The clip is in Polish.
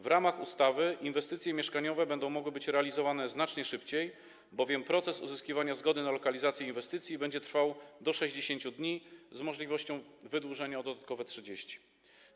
W ramach ustawy inwestycje mieszkaniowe będą mogły być realizowane znacznie szybciej, bowiem proces uzyskiwania zgody na lokalizację inwestycji będzie trwał do 60 dni, z możliwością wydłużenia o dodatkowe 30 dni.